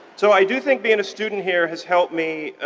so i do think being a student here has helped me